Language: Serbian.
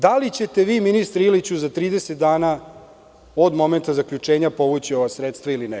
Da li ćete vi, ministre Iliću, za 30 dana od momenta zaključenja povući ova sredstva ili ne?